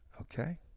Okay